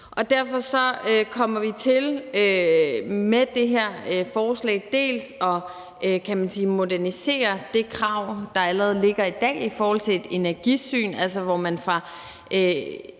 Derfor kommer vi med det her forslag bl.a. til at modernisere det krav, der allerede ligger i dag i forhold til et energisyn. Man har